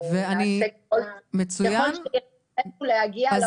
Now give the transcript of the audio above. אנחנו נעשה ככל שביכולותינו להגיע.